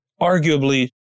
arguably